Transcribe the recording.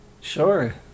Sure